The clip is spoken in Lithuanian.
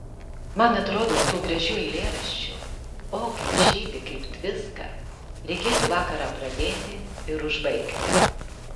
man atrodo tuo gražiu eilėraščiu o kaip žydi kaip tviska reikėtų vakarą pradėti ir užbaigti